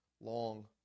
long